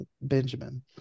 Benjamin